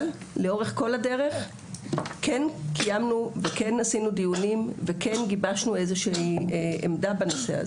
אבל לאורך כל הדרך כן קיימנו ועשינו דיונים וגיבשנו עמדה בנושא.